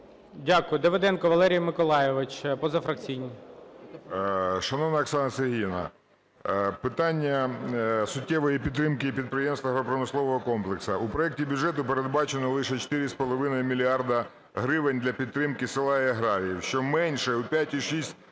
Дякую. Давиденко Валерій Миколайович, позафракційні.